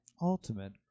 Ultimate